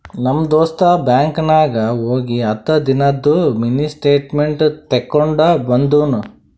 ನಮ್ ದೋಸ್ತ ಬ್ಯಾಂಕ್ ನಾಗ್ ಹೋಗಿ ಹತ್ತ ದಿನಾದು ಮಿನಿ ಸ್ಟೇಟ್ಮೆಂಟ್ ತೇಕೊಂಡ ಬಂದುನು